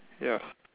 ya